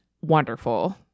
wonderful